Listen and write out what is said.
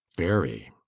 very.